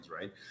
right